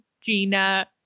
Gina